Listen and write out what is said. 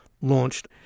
launched